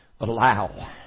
Allow